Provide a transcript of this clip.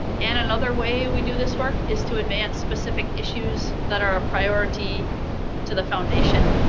and another way we do this work is to advance specific issues that are a priority to the foundation